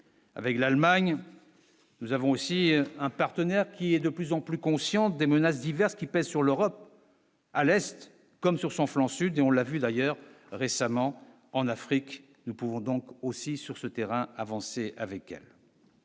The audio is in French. avec l'Allemagne, nous avons aussi un partenaire qui est de plus en plus consciente des menaces diverses qui pèsent sur l'Europe. à l'Est comme sur son flanc sud et on l'a vu d'ailleurs récemment en Afrique, nous pouvons donc aussi sur ce terrain avancée avec la